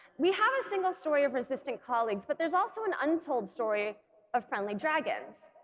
we have a single story of resistant colleagues but there's also an untold story of friendly dragons.